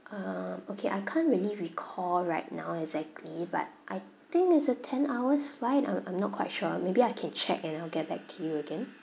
um okay I can't really recall right now exactly but I think it's a ten hours' flight I'm I'm not quite sure maybe I can check and I'll get back to you again